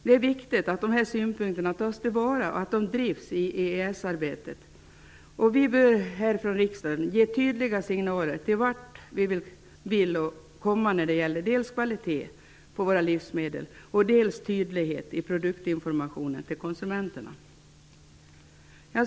Det är viktigt att dessa synpunkter tas till vara och drivs i EES-samarbetet. Vi bör här från riksdagen ge tydliga signaler om vart vi vill komma när det gäller dels kvalitet på våra livsmedel, dels tydlighet i produktinformationen till konsumenterna.